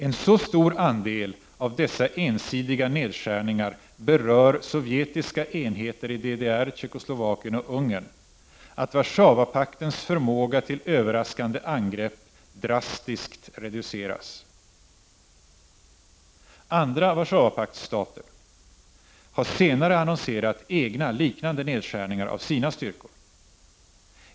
En så stor andel av dessa ensidiga nedskärningar berör sovjetiska enheter i DDR, Tjeckoslovakien och Ungern att Warszawapaktens förmåga till överraskande angrepp drastiskt reduceras. Andra Warszawapaktsstater har senare annonserat egna liknande nedskärningar av sina styrkor.